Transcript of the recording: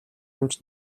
эмч